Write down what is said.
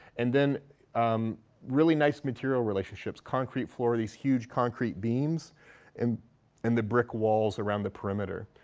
and then really nice material relationships, concrete floor, these huge concrete beams and and the brick walls around the perimeter.